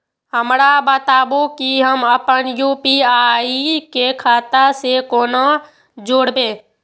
हमरा बताबु की हम आपन यू.पी.आई के खाता से कोना जोरबै?